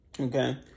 Okay